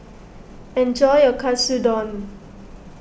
enjoy your Katsudon